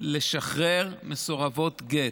לשחרר מסורבות גט.